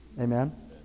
Amen